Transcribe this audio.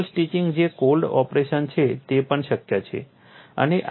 metal stitching જે cold operation છે તે પણ શક્ય છે